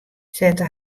sette